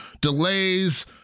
Delays